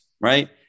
right